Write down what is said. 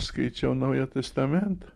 skaičiau naują testamentą